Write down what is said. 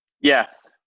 Yes